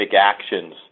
actions